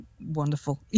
Wonderful